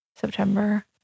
September